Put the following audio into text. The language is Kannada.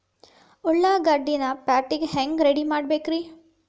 ಉಳ್ಳಾಗಡ್ಡಿನ ಪ್ಯಾಟಿಗೆ ಹ್ಯಾಂಗ ರೆಡಿಮಾಡಬೇಕ್ರೇ?